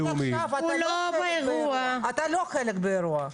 עכשיו אתה לא חלק מהאירוע?